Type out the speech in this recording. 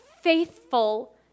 faithful